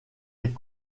est